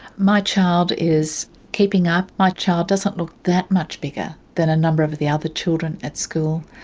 my child is keeping up. my child doesn't look that much bigger than a number of of the other children at school.